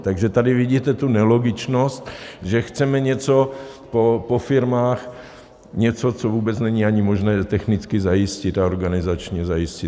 Takže tady vidíte tu nelogičnost, že chceme něco po firmách, něco, co vůbec není ani možné technicky zajistit a organizačně zajistit.